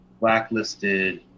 blacklisted